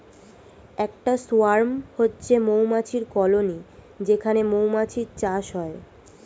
একটা সোয়ার্ম হচ্ছে মৌমাছির কলোনি যেখানে মৌমাছির চাষ হয়